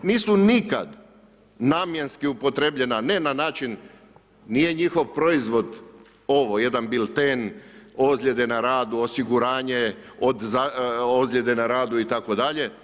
Nisu nikada upotrijebljena ne na način, nije njihov proizvod ovo jedan bilten ozljede na radu, osiguranje od ozljede na radu itd.